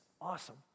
awesome